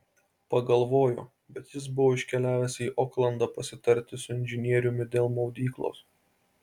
pagalvojo bet jis buvo iškeliavęs į oklandą pasitarti su inžinieriumi dėl maudyklos